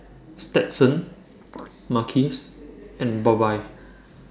Stetson Marques and Bobbye